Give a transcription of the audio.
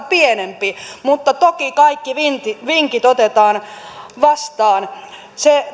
pienempi mutta toki kaikki vinkit vinkit otetaan vastaan se